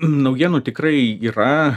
naujienų tikrai yra